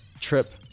Trip